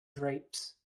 drapes